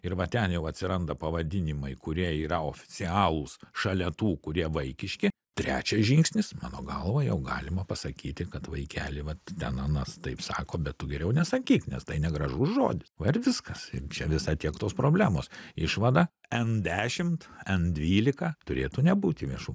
ir va ten jau atsiranda pavadinimai kurie yra oficialūs šalia tų kurie vaikiški trečias žingsnis mano galva jau galima pasakyti kad vaikeli vat ten anas taip sako bet tu geriau nesakyk nes tai negražus žodis va ir viskas čia visa tiek tos problemos išvada en dešimt en dvylika turėtų nebūti viešu